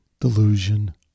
Delusion